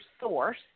source